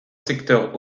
secteurs